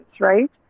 right